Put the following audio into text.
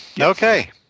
Okay